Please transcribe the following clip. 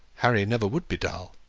harry never would be dull.